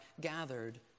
gathered